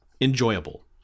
enjoyable